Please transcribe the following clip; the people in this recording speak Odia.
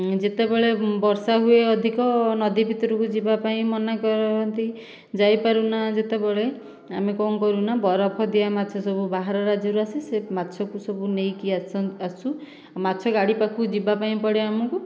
ଯେତେବେଳେ ବର୍ଷା ହୁଏ ଅଧିକ ନଦୀ ଭିତରକୁ ଯିବାପାଇଁ ମନା କରନ୍ତି ଯାଇପାରୁ ନା ଯେତେବେଳେ ଆମେ କ'ଣ କରୁ ନା ବରଫ ଦିଆ ମାଛ ସବୁ ବାହାର ରାଜ୍ୟରୁ ଆସେ ସେ ମାଛକୁ ସବୁ ନେଇକି ଆସୁ ମାଛ ଗାଡ଼ି ପାଖକୁ ଯିବାପାଇଁ ପଡ଼େ ଆମକୁ